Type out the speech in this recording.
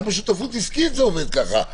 גם בשותפות עסקית זה עובד ככה,